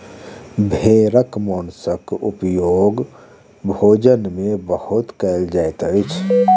भेड़क मौंसक उपयोग भोजन में बहुत कयल जाइत अछि